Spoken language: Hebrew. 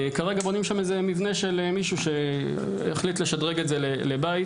כרגע בונים שם מבנה של מישהו שהחליט לשדרג את זה לבית.